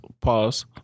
pause